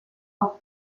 auf